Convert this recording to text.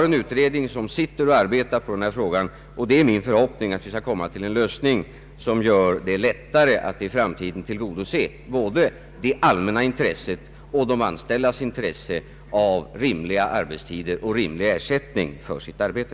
En utredning arbetar med denna fråga, och det är min förhoppning att vi skall komma fram till en lösning som gör det lättare att i framtiden tillgodose både det allmänna intresset och de anställdas intresse av rimliga arbetstider och rimlig ersättning för sitt arbete.